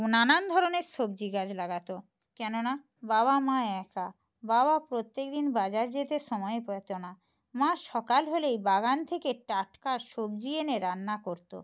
নানান ধরনের সবজি গাছ লাগাত কেননা বাবা মা একা বাবা প্রত্যেক দিন বাজার যেতে সময় পেতো না মা সকাল হলেই বাগান থেকে টাটকা সবজি এনে রান্না করত